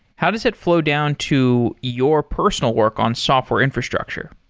how does it flow down to your personal work on software infrastructure?